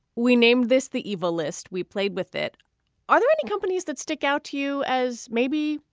we named this the evil list. we played with it are there any companies that stick out to you as maybe,